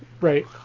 Right